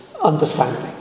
understanding